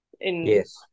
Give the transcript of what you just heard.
Yes